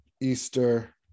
Easter